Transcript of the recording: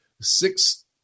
Six